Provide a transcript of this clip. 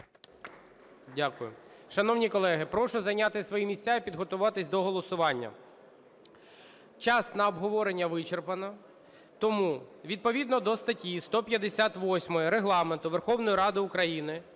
Дякую. Шановні колеги, прошу зайняти свої місця і підготуватись до голосування. Час на обговорення вичерпано. Тому відповідно до статті 158 Регламенту Верховної Ради України